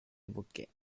évoquez